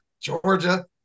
Georgia